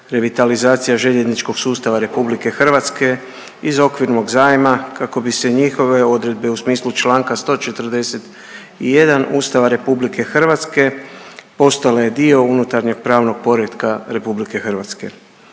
revitalizacija željezničkog sustava Republike Hrvatske iz okvirnog zajma kako bi se njihove odredbe u smislu članka 141. Ustava Republike Hrvatske postale dio unutarnjeg pravnog poretka Republike Hrvatske.